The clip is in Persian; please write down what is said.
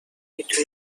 میکشه